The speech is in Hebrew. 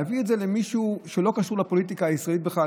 נביא את זה למישהו שלא קשור לפוליטיקה הישראלית בכלל,